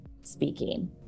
speaking